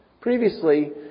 Previously